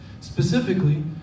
Specifically